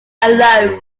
alone